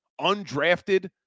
undrafted